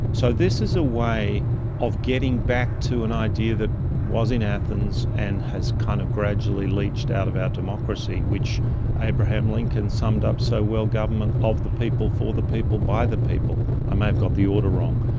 so this is a way of getting back to an idea that was in athens and has kind of gradually leached out of our democracy, which abraham lincoln summed up so well, government of the people, for the people, by the people. i may have got the order wrong.